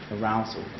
arousal